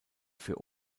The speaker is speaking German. für